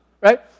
right